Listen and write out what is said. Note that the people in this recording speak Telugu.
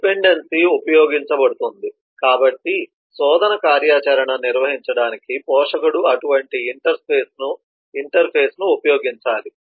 డిపెండెన్సీ ఉపయోగించబడుతుంది కాబట్టి శోధన కార్యాచరణను నిర్వహించడానికి పోషకుడు అటువంటి ఇంటర్ఫేస్ను ఉపయోగించాలి